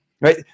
right